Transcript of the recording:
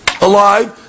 alive